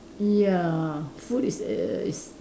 ya food is err is